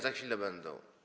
Za chwilę będą.